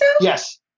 Yes